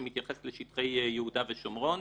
שמתייחסת לשטחי יהודה ושומרון,